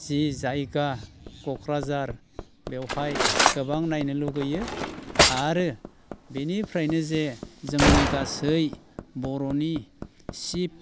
जि जायगा क'क्राझार बेवहाय गोबां नायनो लुबैयो आरो बेनिफ्रायनो जे जोंनि गासै बर'नि चिफ